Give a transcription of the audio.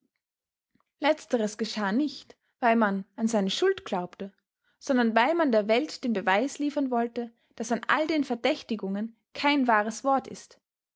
letzteres geschah nicht weil man an seine schuld glaubte sondern weil man der welt den beweis liefern wollte daß an all den verdächtigungen kein wahres wort ist